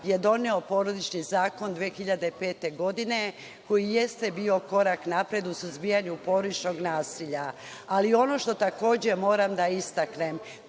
je doneo Porodični zakon 2005. godine, koji jeste bio korak napred u suzbijanju porodičnog nasilja, ali ono što takođe moram da istaknem